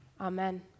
Amen